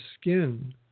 skin